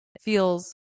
feels